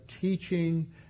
teaching